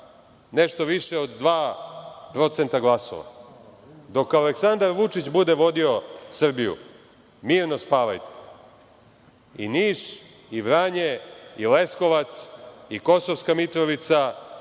nešto više od 2% glasova. Dok Aleksandar Vučić bude vodio Srbiju, mirno spavajte. I Niš i Vranje i Leskovac i Kosovska Mitrovica